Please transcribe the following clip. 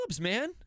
man